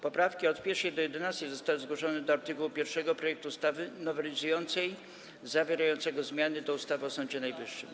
Poprawki od 1. do 11. zostały zgłoszone do art. 1 projektu ustawy nowelizującej zawierającego zmiany do ustawy o Sądzie Najwyższym.